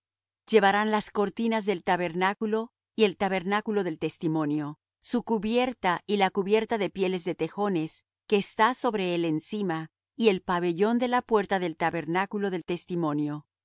llevarán las cortinas del tabernáculo y el tabernáculo del testimonio su cubierta y la cubierta de pieles de tejones que está sobre él encima y el pabellón de la puerta del tabernáculo del testimonio